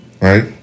Right